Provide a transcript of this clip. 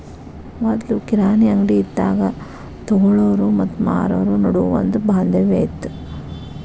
ಮೊದ್ಲು ಕಿರಾಣಿ ಅಂಗ್ಡಿ ಇದ್ದಾಗ ತೊಗೊಳಾವ್ರು ಮತ್ತ ಮಾರಾವ್ರು ನಡುವ ಒಂದ ಬಾಂಧವ್ಯ ಇತ್ತ